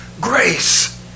grace